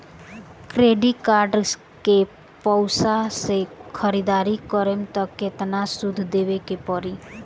Credit card के पैसा से ख़रीदारी करम त केतना सूद देवे के पड़ी?